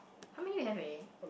how many we have already